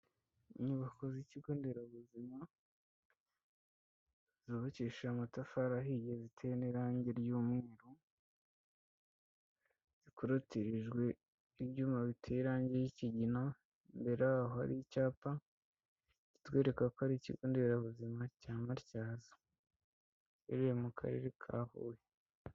Inyubako z'ikigo nderabuzima zubakishije amatafari ahiye ziteye n'irangi ry'umweru, zikurutirijwe ibyuma biteraye irangi ry'ikigina, imbere yaho ari icyapa kitwereka ko ari ikigo nderabuzima cya Matyazo giherereye mu karere ka Huye.